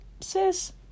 sis